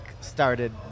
started